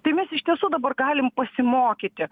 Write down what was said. tai mes iš tiesų dabar galim pasimokyti